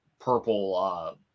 purple